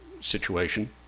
situation